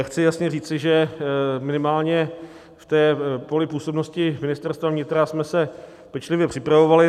Chci jasně říci, že minimálně v poli působnosti Ministerstva vnitra jsme se pečlivě připravovali.